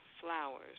flowers